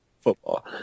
football